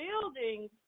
buildings